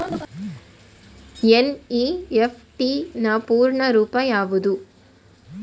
NEFT ನ ಪೂರ್ಣ ರೂಪ ಯಾವುದು?